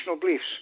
beliefs